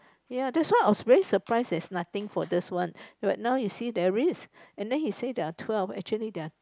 ya that's why I was very surprised that there's nothing for this one but now you see there is and then he said there are twelve actually there are